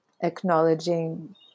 acknowledging